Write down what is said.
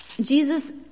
Jesus